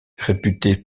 réputée